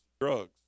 drugs